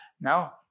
Now